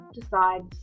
decides